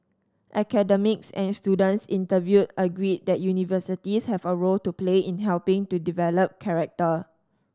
academics and students interviewed agreed that universities have a role to play in helping to develop character